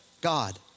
God